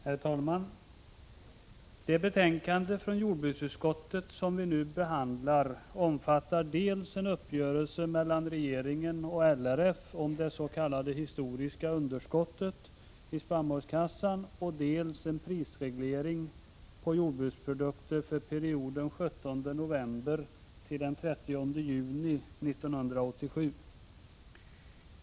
Herr talman! Det betänkande från jordbruksutskottet som vi nu behandlar omfattar dels en uppgörelse mellan regeringen och LRF om det s.k. historiska underskottet i spannmålskassan, dels en prisreglering på jordbruksprodukter för perioden den 17 november 1986-den 30 juni 1987.